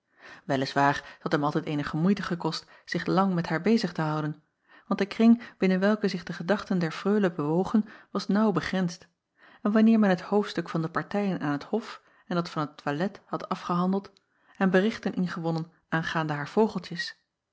had hem altijd eenige moeite gekost zich lang met haar bezig te houden want de kring binnen welken zich de gedachten der reule bewogen was naauw begrensd en wanneer men het hoofdstuk van de partijen aan t of en dat van het toilet had afgehandeld en berichten ingewonnen aangaande haar vogeltjes